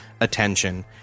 Attention